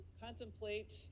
contemplate